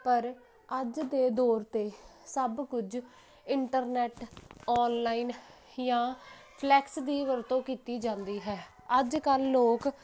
ਪਰ ਅੱਜ ਦੇ ਦੌਰ 'ਤੇ ਸਭ ਕੁਝ ਇੰਟਰਨੈੱਟ ਔਨਲਾਈਨ ਜਾਂ ਫਲੈਕਸ ਦੀ ਵਰਤੋਂ ਕੀਤੀ ਜਾਂਦੀ ਹੈ ਅੱਜ ਕੱਲ੍ਹ ਲੋਕ